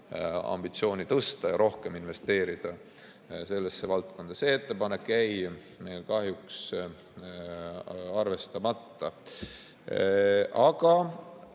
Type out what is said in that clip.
ambitsiooni tõsta ja rohkem investeerida sellesse valdkonda. See ettepanek jäi kahjuks arvestamata. Aga